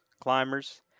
climbers